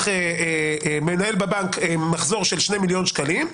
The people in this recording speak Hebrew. הוא מנהל בבנק מחזור של 2 מיליון שקלים,